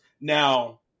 Now